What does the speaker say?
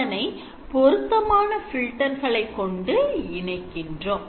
அதனை பொருத்தமான filter களை கொண்டு இணைக்கின்றோம்